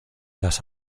las